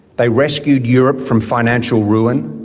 they rescued europe from financial ruin,